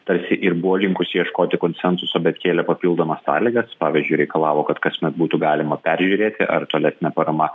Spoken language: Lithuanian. tarsi ir buvo linkusi ieškoti konsensuso bet kėlė papildomas sąlygas pavyzdžiui reikalavo kad kasmet būtų galima peržiūrėti ar tolesnė parama